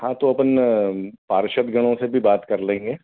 हाँ तो अपन पार्षद गणों से भी बात कर लेंगे